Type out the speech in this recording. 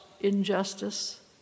injustice